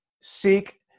Seek